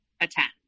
attend